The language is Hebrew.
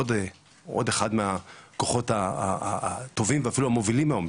עוד אחד מהכוחות הטובים ואפילו המובילים היום,